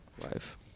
Life